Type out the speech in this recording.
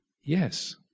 yes